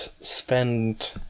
spend